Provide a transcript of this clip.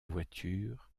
voiture